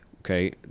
okay